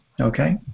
Okay